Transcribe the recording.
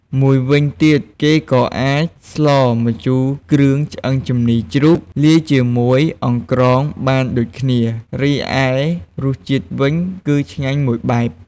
មួយវិញទៀត គេក៏អាចស្លម្ជូរគ្រឿងឆ្អឹងជំនីជ្រូកលាយជាមួយអង្រ្កងបានដូចគ្នា រីឯរសជាតិវិញគឺឆ្ងាញ់មួយបែប។